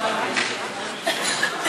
בושה, בושה, בושה.